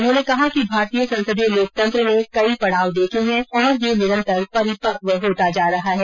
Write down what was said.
उन्होंने कहा कि भारतीय संसदीय लोकतंत्र ने कई पड़ाव देखें हैं और यह निरंतर परिपक्व होता जा रहा है